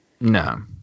No